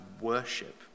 worship